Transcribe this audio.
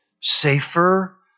safer